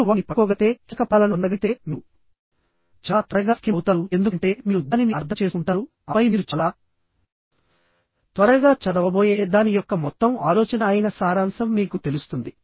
మీరు వాటిని పట్టుకోగలిగితే మరియు మీరు వీటి నుండి కీలక పదాలను పొందగలిగితే మీరు చాలా త్వరగా స్కిమ్ అవుతారు ఎందుకంటే మీరు దానిని అర్థం చేసుకుంటారు ఆపై మీరు చాలా త్వరగా చదవబోయే దాని యొక్క మొత్తం ఆలోచన అయిన సారాంశం మీకు తెలుస్తుంది